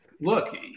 look